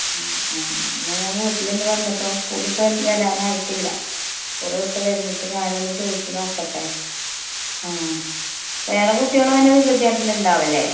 ആ എന്നാൽ ഞാൻ വീട്ടിലൊന്ന് വന്നിട്ട് സ്കൂൾ വിട്ട് വരാനായിട്ടില്ല സ്കൂൾ വിട്ട് വന്നിട്ട് ഞാനൊന്ന് ചോദിച്ച് നോക്കട്ടെ ആ വേറെ കുട്ടികളും അങ്ങനെ വികൃതിയായിട്ട് എല്ലാം ഉണ്ടാവില്ലേ